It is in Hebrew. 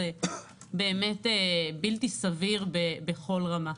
זה בלתי-סביר בכל רמה.